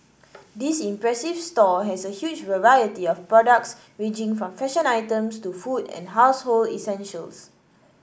this impressive store has a huge variety of products ranging from fashion items to food and household essentials